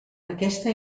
aquesta